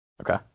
okay